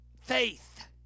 Faith